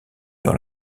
dans